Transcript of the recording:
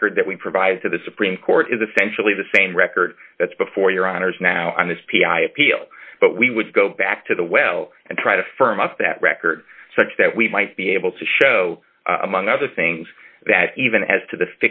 record that we provided to the supreme court is essentially the same record that's before your honor's now on this p i appeal but we would go back to the well and try to firm up that record such that we might be able to show among other things that even as to the